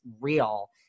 real